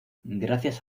gracias